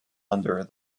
under